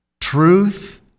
truth